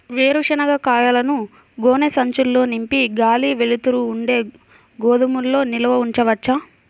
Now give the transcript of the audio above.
వేరుశనగ కాయలను గోనె సంచుల్లో నింపి గాలి, వెలుతురు ఉండే గోదాముల్లో నిల్వ ఉంచవచ్చా?